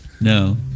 No